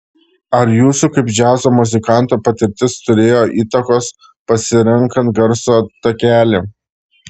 ar jūsų kaip džiazo muzikanto patirtis turėjo įtakos pasirenkant garso takelį